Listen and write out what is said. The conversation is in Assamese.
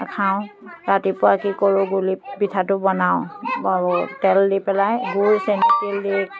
খাওঁ ৰাতিপুৱা কি কৰোঁ গুলি পিঠাটো বনাওঁ তেল দি পেলাই গুড় চেনি তিল দি